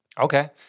Okay